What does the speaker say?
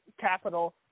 capital